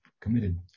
committed